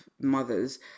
mothers